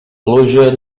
pluja